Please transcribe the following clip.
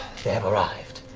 they have arrived.